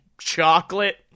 chocolate